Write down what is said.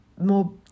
more